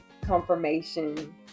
confirmation